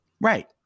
Right